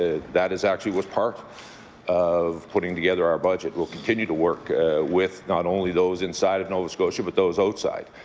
ah that is actually a part of putting together our budget. we'll continue to work with not only those inside of nova scotia but those outside.